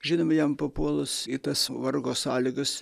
žinome jam papuolus į tas vargo sąlygas